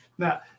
Now